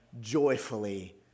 joyfully